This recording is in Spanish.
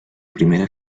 primera